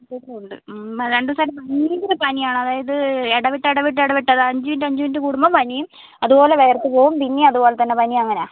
ഉണ്ട് ഉണ്ട് രണ്ട് ദിവസമായിട്ട് ഭയങ്കര പനിയാണ് അതായത് ഇടവിട്ട് ഇടവിട്ട് ഇടവിട്ട് അത് അഞ്ച് മിനുട്ട് അഞ്ച് മിനുട്ട് കൂടുമ്പോൾ പനിയും അതുപോലെ വിയർത്ത് പോവും പിന്നെയും അതുപോലെത്തന്നെ പനിയും അങ്ങനെയാണ്